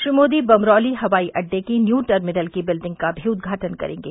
श्री मोदी बमरौली हवाई अड्डे की न्यू टर्मिनल की बिल्डिंग का भी उद्घाटन करेंगे